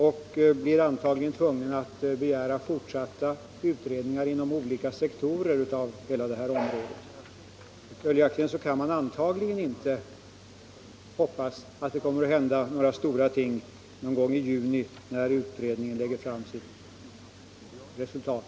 Den blir antagligen tvungen att begära fortsatta utredningar inom olika sektorer av området. Följaktligen kan man inte hoppas att det skall hända stora ting någon gång i juni, när utredningen lägger fram sitt resultat.